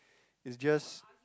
it's just